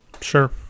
Sure